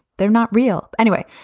they're not real anyway.